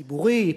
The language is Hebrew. ציבורי,